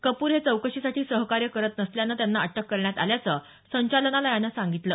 कपूर हे चौकशीसाठी सहकार्य करत नसल्यानं त्यांना अटक करण्यात आल्याचं संचालनालयानं सांगितलं